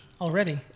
Already